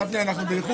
בנושאים כאלה?